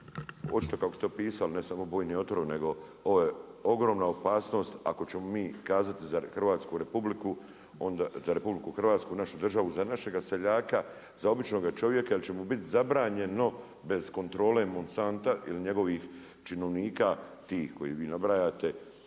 očito kako ste opisali ne samo bojni otrov, nego ovo je ogromna opasnost ako ćemo mi kazati za RH, našu državu, za našega seljaka, za običnoga čovjeka jer će mu biti zabranjeno bez kontrole Monsanta ili njegovih činovnika, tih koje vi nabrajate